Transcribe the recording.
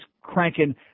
cranking